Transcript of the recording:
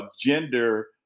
gender